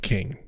King